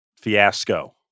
fiasco